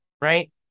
Right